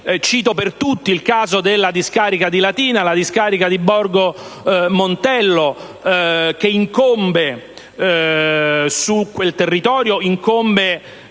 Cito per tutti il caso della discarica di Latina, quella di Borgo Montello, che incombe su quel territorio